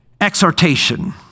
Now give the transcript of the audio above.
Exhortation